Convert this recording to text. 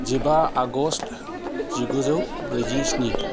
जिबा आगष्ट जिगुजौ ब्रैजिस्नि